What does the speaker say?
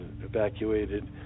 evacuated